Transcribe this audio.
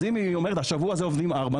אז אם היא אומרת שהשבוע עובדים ארבע,